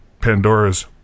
Pandora's